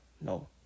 No